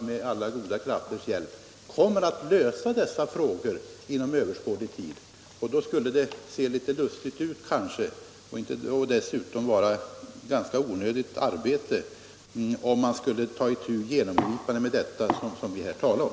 med alla goda krafters hjälp kan bli verklighet inom överskådlig tid. Det skulle då se litet lustigt ut och innebära ett onödigt arbete att nu ta upp de frågor som herr Eriksson i Arvika har aktualiserat.